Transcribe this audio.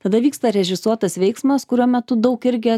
tada vyksta režisuotas veiksmas kurio metu daug irgi